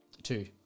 Two